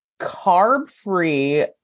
carb-free